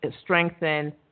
strengthen